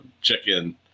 check-in